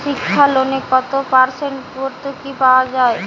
শিক্ষা লোনে কত পার্সেন্ট ভূর্তুকি পাওয়া য়ায়?